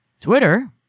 Twitter